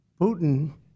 Putin